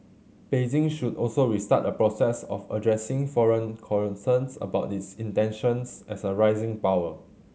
Beijing should also restart a process of addressing foreign concerns about its intentions as a rising power